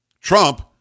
Trump